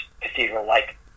Cathedral-like